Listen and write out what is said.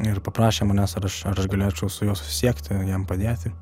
ir paprašė manęs ar aš ar aš galėčiau su juo susisiekti jam padėti